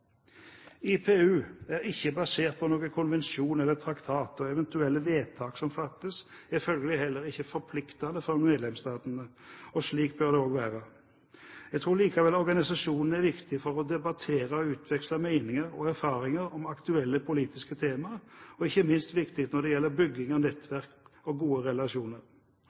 IPU er ikke basert på noen konvensjon eller traktat, og eventuelle vedtak som fattes, er følgelig heller ikke forpliktende for medlemsstatene. Slik bør det også være. Jeg tror likevel organisasjonen er viktig for å debattere og utveksle meninger og erfaringer om aktuelle politiske tema, og ikke minst viktig når det gjelder bygging av nettverk og gode relasjoner.